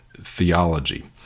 theology